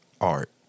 Art